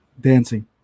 Dancing